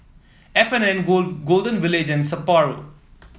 F and N Go Golden Village and Sapporo